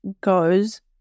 goes